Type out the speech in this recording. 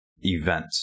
event